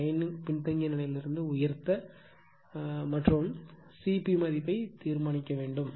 9 பின்தங்கிய நிலையிலிருந்து உயர்த்த மற்றும் Cp மதிப்பையும் தீர்மானிக்க வேண்டும்